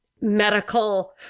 medical